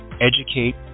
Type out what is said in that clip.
educate